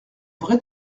vrai